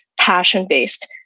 passion-based